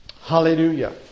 Hallelujah